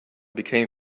became